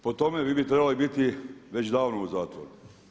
Po tome vi bi trebali biti već davno u zatvoru.